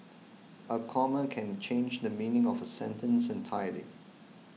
a comma can change the meaning of a sentence entirely